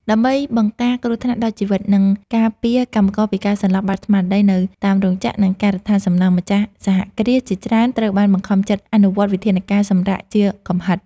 ដើម្បីបង្ការគ្រោះថ្នាក់ដល់ជីវិត និងការពារកម្មករពីការសន្លប់បាត់ស្មារតីនៅតាមរោងចក្រ និងការដ្ឋានសំណង់ ម្ចាស់សហគ្រាសជាច្រើនត្រូវបានបង្ខំចិត្តអនុវត្តវិធានការសម្រាកជាកំហិត។